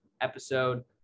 episode